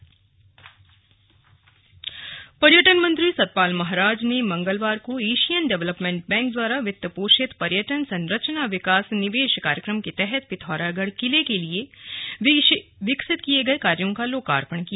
slug लोकार्पण पिथौरागढ़ पर्यटन मंत्री सतपाल महाराज ने मंगलवार को एशियन डेवलवपमेंट बैंक द्वारा वित्त पोषित पर्यटन संरचना विकास निवेश कार्यक्रम के तहत पिथौरागढ़ किले में विकसित किये गये कार्यों का लोकापर्ण किया